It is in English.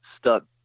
stuck